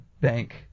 bank